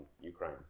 Ukraine